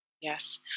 Yes